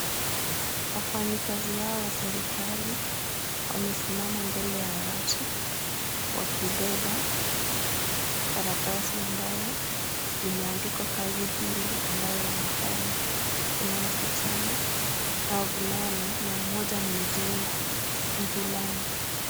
Wafanyikazi hawa wa serikali wamesimama mbele ya watu, wakibeba karatasi ambayo limeandikwa kazi hilo ambayo wanafanya. Kuna wasichana na wavulana na mmoja ni mzungu mvulana.